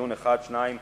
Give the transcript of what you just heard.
דיון אחד או שניים,